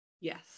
Yes